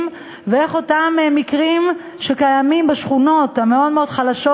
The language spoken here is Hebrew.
ואיך אותם מקרים שקיימים בשכונות המאוד-מאוד חלשות,